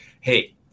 Hey